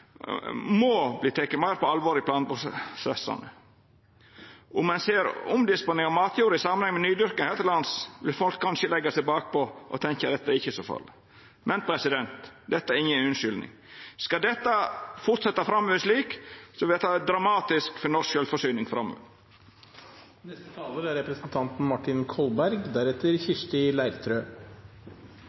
må ta omsynet til jordvernet meir på alvor i planprosessane. Om ein ser omdisponering av matjord i samanheng med nydyrking her til lands, vil folk kanskje leggja seg bakpå og tenkja at dette ikkje er så farleg. Men dette er inga unnskyldning. Skal dette fortsetja slik, vert det dramatisk for norsk sjølvforsyning